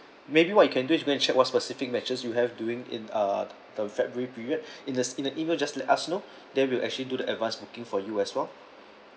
maybe what you can do is go and check what's specific matches you have doing in uh the february period in the in the email just let us know then we'll actually do the advance booking for you as well